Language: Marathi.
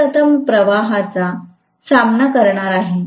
मी प्रथम प्रवाहाचा सामना करणार आहे